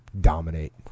dominate